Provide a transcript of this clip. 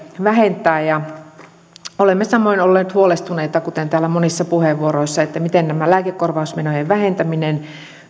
vähentää olemme samoin olleet huolestuneita kuten täällä monissa puheenvuoroissa on oltu siitä miten tämä lääkekorvausmenojen vähentäminen